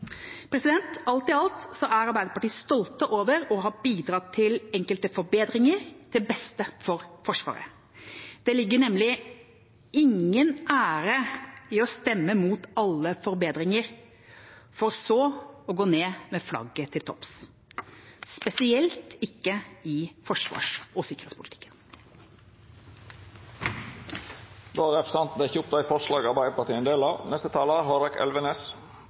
Alt i alt er Arbeiderpartiet stolte over å ha bidratt til enkelte forbedringer til beste for Forsvaret. Det ligger nemlig ingen ære i å stemme mot alle forbedringer, for så å gå ned med flagget til topps, spesielt ikke i forsvars- og sikkerhetspolitikken. Då har representanten Anniken Huitfeldt teke opp det forslaget